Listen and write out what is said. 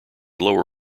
lower